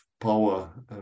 power